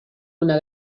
una